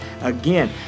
Again